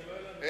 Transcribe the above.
כן.